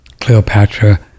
Cleopatra